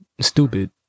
stupid